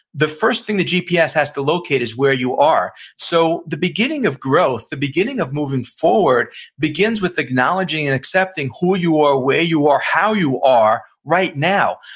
the first thing the gps has to locate is where you are. so, the beginning of growth, the beginning of moving forward begins with acknowledging and accepting who you are, where you are, how you are right now,